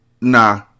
Nah